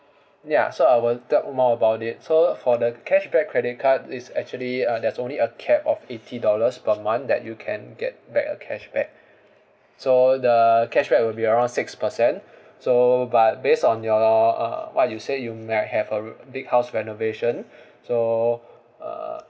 ya so I will talk more about it so for the cashback credit card is actually uh there's only a cap of eighty dollars per month that you can get back a cashback so the cashback will be around six percent so but base on your uh what you said you might have a big house renovation so uh